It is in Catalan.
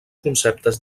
conceptes